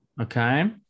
Okay